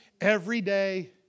everyday